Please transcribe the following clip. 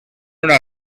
una